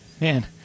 Man